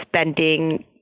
spending